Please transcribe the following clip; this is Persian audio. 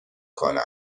کنم